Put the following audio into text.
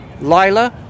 Lila